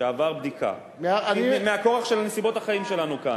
שעבר בדיקה מהכורח של נסיבות החיים שלנו כאן,